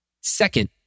Second